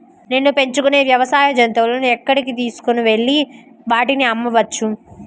నేను పెంచుకొనే వ్యవసాయ జంతువులను ఎక్కడికి తీసుకొనివెళ్ళి వాటిని అమ్మవచ్చు?